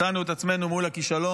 מצאנו את עצמנו מול הכישלון,